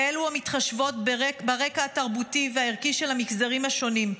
כאלו המתחשבות ברקע התרבותי והערכי של המגזרים השונים.